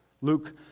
Luke